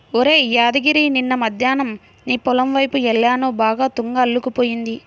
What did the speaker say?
ఒరేయ్ యాదగిరి నిన్న మద్దేన్నం నీ పొలం వైపు యెల్లాను బాగా తుంగ అల్లుకుపోయింది